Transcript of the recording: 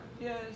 Yes